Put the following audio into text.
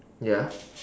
ya